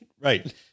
Right